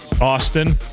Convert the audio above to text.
Austin